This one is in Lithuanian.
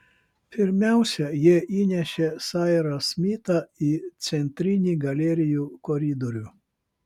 pirmiausia jie įnešė sairą smitą į centrinį galerijų koridorių